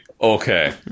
okay